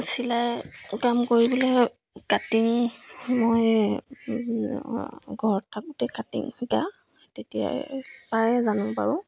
চিলাই কাম কৰিবলৈ কাটিং মই ঘৰত থাকোঁতে কাটিং শিকা তেতিয়াই পায়ে জানো পাৰোঁ